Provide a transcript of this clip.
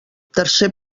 tercer